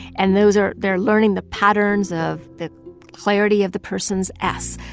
and those are they're learning the patterns of the clarity of the person's s,